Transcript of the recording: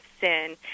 sin